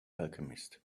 alchemist